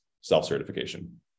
self-certification